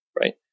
right